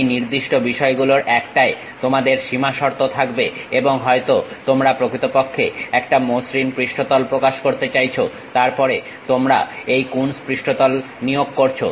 এই নির্দিষ্ট বিষয়গুলোর একটায় তোমাদের সীমা শর্ত থাকবে এবং হয়তো তোমরা প্রকৃতপক্ষে একটা মসৃণ পৃষ্ঠতল প্রকাশ করতে চাইছো তারপরে তোমরা এই কুনস পৃষ্ঠতল নিয়োগ করছো